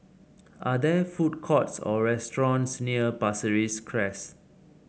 are there food courts or restaurants near Pasir Ris Crest